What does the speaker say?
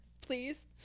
please